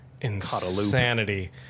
insanity